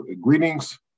greetings